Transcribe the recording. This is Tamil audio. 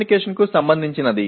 பின்னர் PO10 தொடர்பு தொடர்பானது